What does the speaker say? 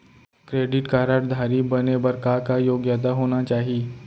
Credit card धारी बने बर का का योग्यता होना चाही?